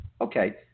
Okay